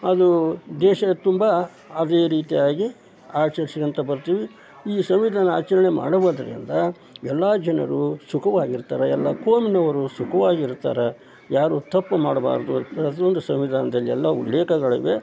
ಅದು ದೇಶ ತುಂಬ ಅದೇ ರೀತಿಯಾಗಿ ಆಚರಿಸ್ಕೊಳ್ತಾ ಬರ್ತೀವಿ ಈ ಸಂವಿಧಾನ ಆಚರಣೆ ಮಾಡೋದರಿಂದ ಎಲ್ಲ ಜನರು ಸುಖವಾಗಿರ್ತಾರೆ ಎಲ್ಲ ಕೋಮಿನವರು ಸುಖವಾಗಿರ್ತಾರೆ ಯಾರು ತಪ್ಪು ಮಾಡಬಾರ್ದು ಪ್ರತಿಯೊಂದು ಸಂವಿಧಾನದಲ್ಲಿ ಎಲ್ಲ ಉಲ್ಲೇಖಗಳಿವೆ